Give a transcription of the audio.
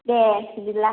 दे बिदिब्ला